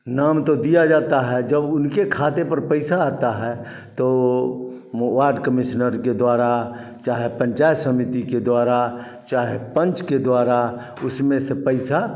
नाम तो दिया जाता है जब उनके खाते पर पैसा आता है तो वह वार्ड कमिस्नर के द्वारा चाहे पंचायत समिति के द्वारा चाहे पंच के द्वारा उसमें से पैसा